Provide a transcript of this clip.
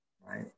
right